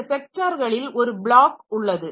இந்த ஸெக்டார்களில் ஒரு பிளாக் உள்ளது